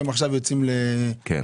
והם עכשיו יוצאים --- כן.